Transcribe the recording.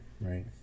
right